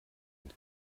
und